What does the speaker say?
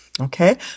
Okay